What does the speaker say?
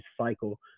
cycle